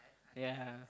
ya